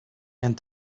and